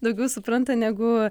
daugiau supranta negu